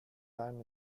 time